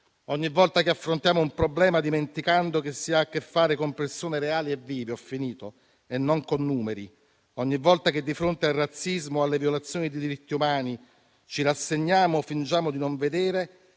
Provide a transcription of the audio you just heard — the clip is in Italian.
Ogni volta che affrontiamo un problema dimenticando che si ha a che fare con persone reali e vive e non con numeri, ogni volta che di fronte al razzismo o alle violazioni dei diritti umani ci rassegniamo o fingiamo di non vedere,